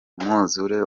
umwuzure